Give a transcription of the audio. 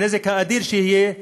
הנזק האדיר שיהיה,